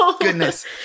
Goodness